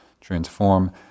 transform